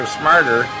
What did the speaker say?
smarter